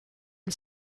and